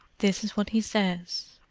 this is what he says